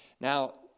Now